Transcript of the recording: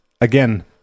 again